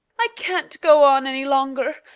i can't go on any longer.